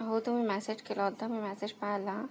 हो तुम्ही मॅसेज केला होता मी मॅसेज पाहिला